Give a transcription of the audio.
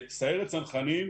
סיירת צנחנים,